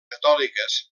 catòliques